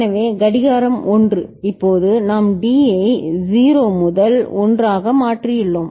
எனவே கடிகாரம் 1 இப்போது நாம் D ஐ 0 முதல் 1 ஆக மாற்றியுள்ளோம்